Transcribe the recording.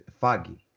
foggy